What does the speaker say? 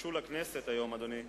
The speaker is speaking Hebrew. שהוגשו לכנסת היום, אדוני,